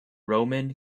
roman